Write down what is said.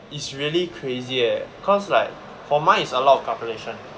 it's really crazy leh cause like for mine is a lot of calculation